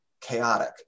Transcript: chaotic